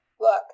Look